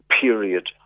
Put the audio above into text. period